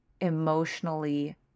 emotionally